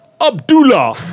Abdullah